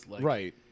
right